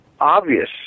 obvious